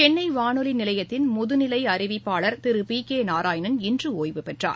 சென்னை வானொலி நிலையத்தின் முதுநிலை அறிவிப்பாளர் திரு பி கே நாராயணன் இன்று ஒய்வு பெற்றார்